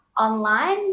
online